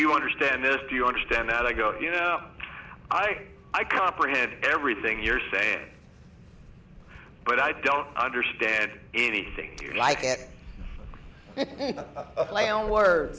you understand this do you understand that i go you know i say i comprehend everything you're saying but i don't understand anything like my own words